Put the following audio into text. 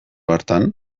hartan